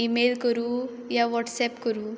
E mail करूं या WhatsApp करूं